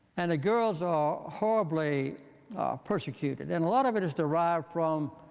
and the girls are horribly persecuted. and a lot of it is derived from,